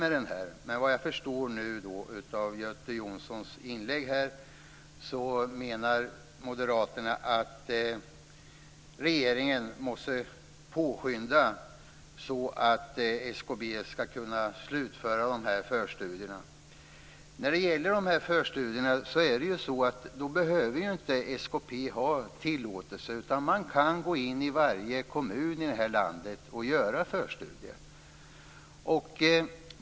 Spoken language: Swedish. Men vad jag förstår av Göte Jonssons inlägg nu, menar Moderaterna att regeringen måste påskynda så att SKB skall kunna slutföra de här förstudierna. När det gäller de här förstudierna behöver inte SKB ha tillåtelse. Man kan gå in i varje kommun i det här landet och göra förstudier.